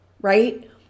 right